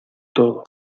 todo